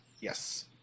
Yes